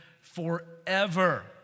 forever